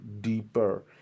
deeper